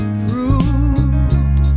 proved